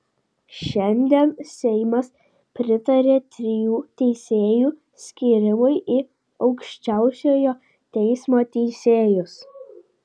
šiandien seimas pritarė trijų teisėjų skyrimui į aukščiausiojo teismo teisėjus